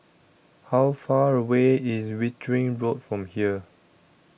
How Far away IS Wittering Road from here